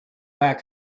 back